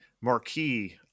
marquee